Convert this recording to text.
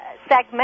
segment